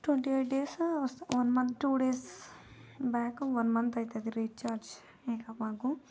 twenty eight days one month two days back one month అవుతుంది recharge ఇంకా మాకు